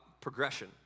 progression